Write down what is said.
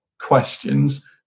questions